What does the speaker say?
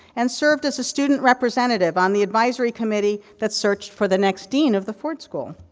and served as a student representative, on the advisor committee that searched for the next dean of the ford school.